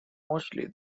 mostly